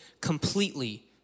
completely